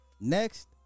Next